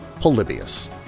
Polybius